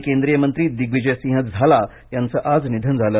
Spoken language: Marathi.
माजी केंद्रीय मंत्री दिग्विजयसिंह झाला यांच आज निधन झाल